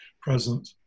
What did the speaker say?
Present